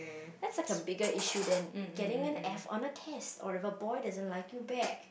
that is like a bigger issue than getting a F on a test or if a boy doesn't like you back